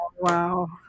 Wow